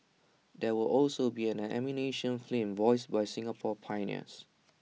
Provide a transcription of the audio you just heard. there will also be an animation film voiced by Singapore pioneers